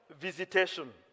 visitation